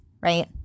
right